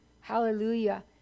hallelujah